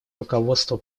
руководство